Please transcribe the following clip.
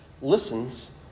listens